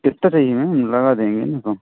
कितना चाहिए मैम हम लगा देंगे ना कम